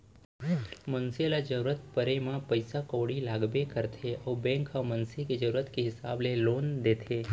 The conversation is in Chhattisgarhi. मनसे ल जरूरत परे म पइसा कउड़ी लागबे करथे अउ बेंक ह मनसे के जरूरत के हिसाब ले लोन देथे